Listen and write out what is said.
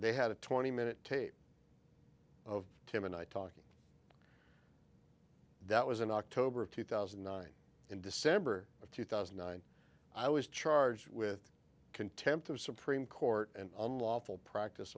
they had a twenty minute tape of him and i talking that was in october of two thousand and nine in december of two thousand and nine i was charged with contempt of supreme court and unlawful practice